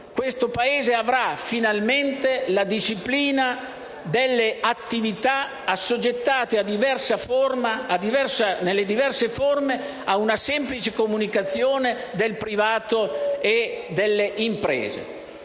questo Paese avrà finalmente la disciplina delle attività assoggettate, nelle diverse forme, ad una semplice comunicazione del privato e delle imprese.